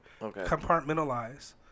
compartmentalize